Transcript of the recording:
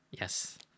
Yes